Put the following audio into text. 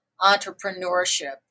entrepreneurship